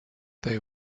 they